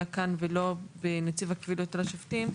כאן ולא מופיע בחוק נציב קבילות על שופטים,